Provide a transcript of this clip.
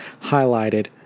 highlighted